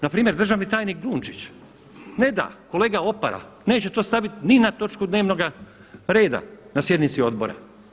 Npr. državni tajnik Glunčić, ne da, kolega Opara neće to staviti ni na točku dnevnoga reda na sjednici odbora.